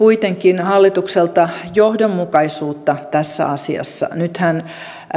kuitenkin hallitukselta johdonmukaisuutta tässä asiassa nythän